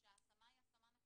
שההשמה היא השמה נכונה,